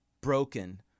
broken